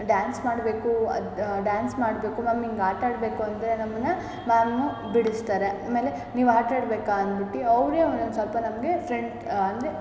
dance ಮಾಡಬೇಕು ಅದು dance ಮಾಡಬೇಕು ಮ್ಯಾಮ್ ಹೀಗ್ ಆಟ ಆಡಬೇಕು ಅಂದರೆ ನಮ್ಮನ್ನು ಮ್ಯಾಮು ಬಿಡಿಸ್ತಾರೆ ಆಮೇಲೆ ನೀವು ಆಟ ಆಡಬೇಕಾ ಅಂದ್ಬಿಟ್ಟು ಅವರೇ ಒನ್ನೊಂದು ಸ್ವಲ್ಪ ನಮಗೆ ಫ್ರೆಂಡ್ ಅಂದರೆ